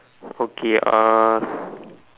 okay uh